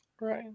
Right